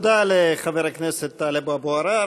תודה לחבר הכנסת טלב אבו עראר.